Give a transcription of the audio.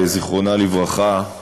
זיכרונה לברכה,